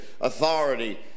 authority